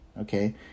Okay